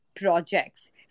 projects